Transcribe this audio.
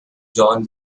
john